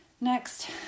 Next